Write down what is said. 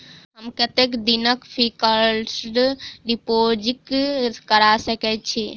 हम कतेक दिनक फिक्स्ड डिपोजिट करा सकैत छी?